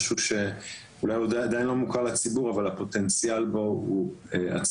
מדובר באתר שלא מוכר לציבור אבל הפוטנציאל שלו עצום.